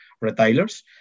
retailers